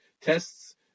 tests